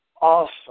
awesome